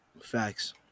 Facts